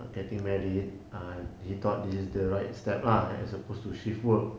getting married uh he thought this the right step ah as opposed to shift work